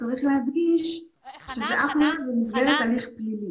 צריך להדגיש שזה אך ורק במסגרת הליך פלילי.